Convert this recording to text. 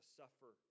suffer